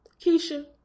Keisha